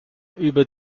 über